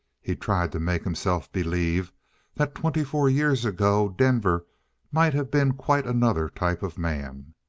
he tried to make himself believe that twenty-four years ago denver might have been quite another type of man.